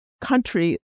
country